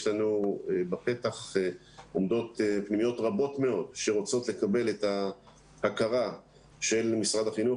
בפתח עומדות פנימיות רבות מאוד שרוצות לקבל את ההכרה של משרד החינוך,